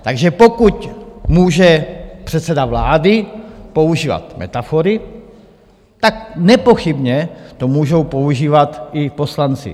Takže pokud může předseda vlády používat metafory, tak nepochybně to můžou používat i poslanci.